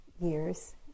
years